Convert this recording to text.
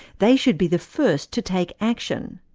they should be the first to take action.